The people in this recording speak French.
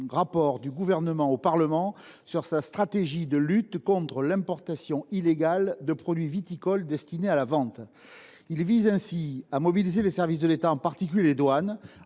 rapport du Gouvernement au Parlement sur sa stratégie de lutte contre l’importation illégale de produits viticoles destinés à la vente. Il s’agit ainsi de mobiliser les services de l’État, particulièrement les douanes,